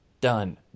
done